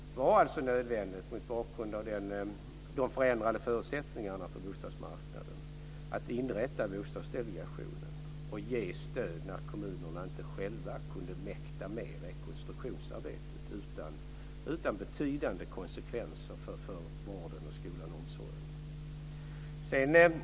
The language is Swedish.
Det var alltså nödvändigt, mot bakgrund av de förändrade förutsättningarna på bostadsmarknaden, att inrätta Bostadsdelegationen och ge stöd när kommunerna själva inte kunde mäkta med rekonstruktionsarbetet utan betydande konsekvenser för vården, skolan och omsorgen.